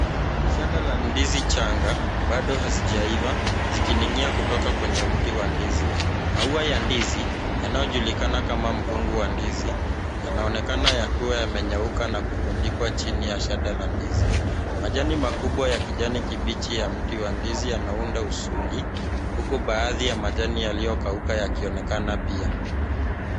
Shada la ndizi changa, bado hazijaiva zikining'inia kutoka kwenye mti wa ndizi. Maua ya ndizi yanayojulikana kama mkungu wa ndizi, yanaonekana yakiwa yamenyauka na kutundikwa chini ya shada la ndizi. Majani makubwa ya kijani kibichi ya mti wa ndizi yanauza usuli , huku baadhi ya majani yaliyokauka yakionekana pia.